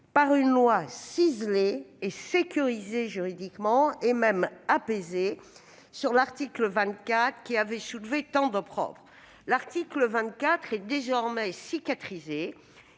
par une loi ciselée et sécurisée juridiquement, voire apaisée sur l'article 24, qui a soulevé tant d'opprobre. L'article 24 est donc désormais cicatrisé.